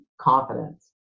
confidence